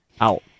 out